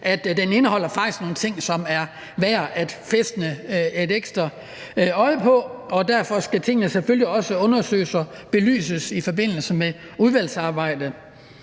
faktisk indeholder nogle ting, som det er værd at kaste et ekstra blik på. Derfor skal tingene selvfølgelig også undersøges og belyses i forbindelse med udvalgsarbejdet.